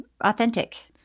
authentic